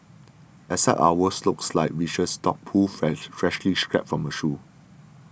except ours looked like viscous dog poop fresh freshly scraped from a shoe